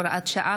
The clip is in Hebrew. הוראת שעה,